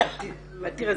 לא